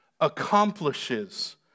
accomplishes